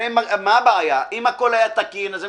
הרי מה הבעיה אם הכול היה תקין אז הם